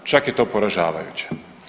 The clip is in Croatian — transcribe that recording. Čak je to poražavajuće.